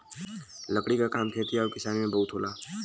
लकड़ी क काम खेती आउर किसानी में बहुत होला